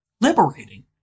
liberating